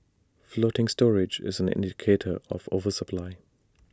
floating storage is an indicator of oversupply